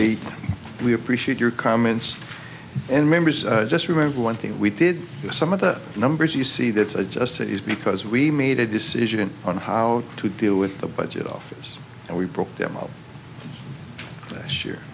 eight we appreciate your comments and members just remember one thing we did hear some of the numbers you see that's adjusted is because we made a decision on how to deal with the budget office and we prop them up